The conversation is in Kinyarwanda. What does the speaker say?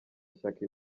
ishyaka